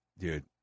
dude